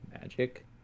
magic